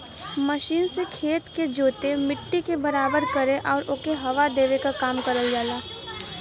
machine से खेत के जोते, मट्टी के बराबर करे आउर ओके हवा देवे क काम करल जाला